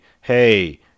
hey